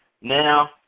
Now